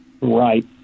Right